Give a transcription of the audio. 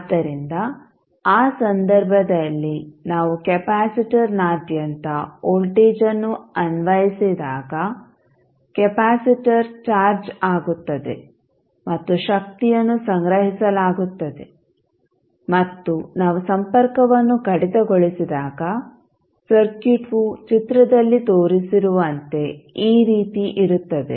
ಆದ್ದರಿಂದ ಆ ಸಂದರ್ಭದಲ್ಲಿ ನಾವು ಕೆಪಾಸಿಟರ್ನಾದ್ಯಂತ ವೋಲ್ಟೇಜ್ ಅನ್ನು ಅನ್ವಯಿಸಿದಾಗ ಕೆಪಾಸಿಟರ್ ಚಾರ್ಜ್ ಆಗುತ್ತದೆ ಮತ್ತು ಶಕ್ತಿಯನ್ನು ಸಂಗ್ರಹಿಸಲಾಗುತ್ತದೆ ಮತ್ತು ನಾವು ಸಂಪರ್ಕವನ್ನು ಕಡಿತಗೊಳಿಸಿದಾಗ ಸರ್ಕ್ಯೂಟ್ವು ಚಿತ್ರದಲ್ಲಿ ತೋರಿಸಿರುವಂತೆ ಈ ರೀತಿ ಇರುತ್ತದೆ